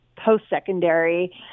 post-secondary